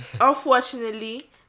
unfortunately